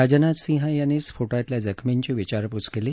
राजनाथ सिंह यांनी स्फोटातल्या जखमींची विचारपूस केली